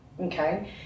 Okay